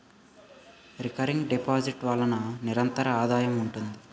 recurring deposit ల వలన నిరంతర ఆదాయం ఉంటుంది